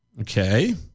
Okay